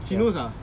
she knows ah